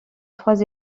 trois